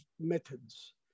methods